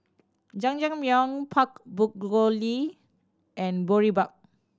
Jajangmyeon Pork Bulgogi and Boribap